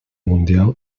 mundial